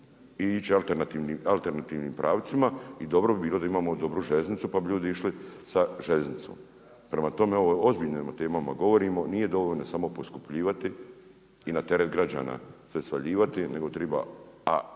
ići alternativnim pravcima. I dobro bi bilo da imamo dobru željeznicu pa bi ljudi išli sa željeznicom. Prema tome, o ozbiljnim temama govorimo. Nije dovoljno samo poskupljivati i na teret građana sve svaljivati, nego triba,